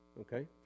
Okay